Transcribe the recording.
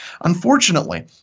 Unfortunately